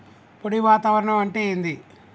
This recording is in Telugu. పొడి వాతావరణం అంటే ఏంది?